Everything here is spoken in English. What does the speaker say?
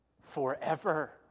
Forever